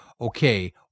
okay